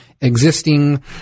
existing